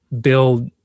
build